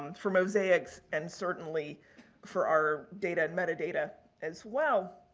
for mosaics and certainly for our data and metadata as well.